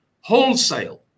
wholesale